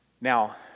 Now